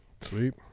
sweet